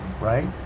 right